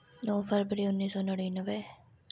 नौ फरबरी उन्नी सौ नड़िनवे